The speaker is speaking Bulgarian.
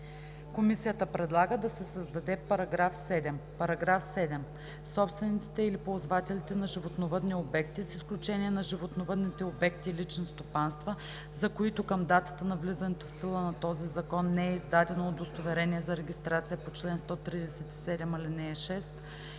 Комисията предлага да се създаде § 7: „§ 7. Собствениците или ползвателите на животновъдни обекти, с изключение на животновъдните обекти – лични стопанства, за които към датата на влизането в сила на този закон не е издадено удостоверение за регистрация по чл. 137, ал. 6